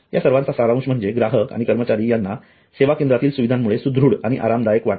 या सर्वांचा सारांश म्हणजे ग्राहक आणि कर्मचारी याना सेवा केंद्रातील सुविधांमुळे सुदृढ आणि आरामदायक वाटते